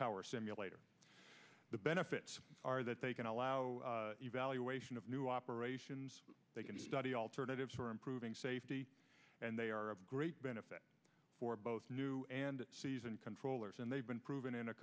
tower simulator the benefits are that they can allow evaluation of new operations they can study alternatives for improving safety and they are a great benefit for both new and controllers and they've been proven in a